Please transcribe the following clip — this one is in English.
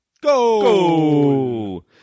go